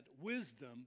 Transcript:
wisdom